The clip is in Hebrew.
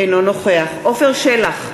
אינו נוכח עפר שלח,